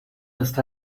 ist